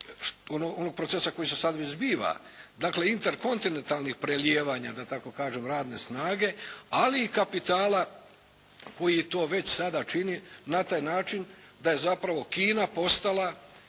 onog procesa koji se sad već zbiva, dakle interkontinentalnih prelijevanja da tako kažem radne snage, ali i kapitala koji to već sada čini na taj način da je zapravo Kina postala